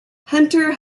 hunter